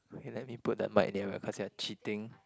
okay let me put the mic nearer cause you are cheating